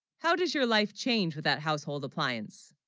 how does your life change with that household appliance